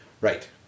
Right